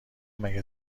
مگر